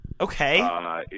Okay